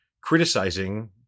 criticizing